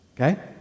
Okay